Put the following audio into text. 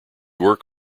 work